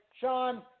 Sean